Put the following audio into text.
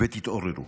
תתעוררו.